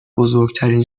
بزرگترین